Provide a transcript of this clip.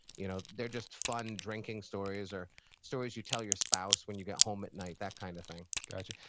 you know they're just fun drinking stories or stories you tell your spouse when you get home at night, that kind of thing gotcha.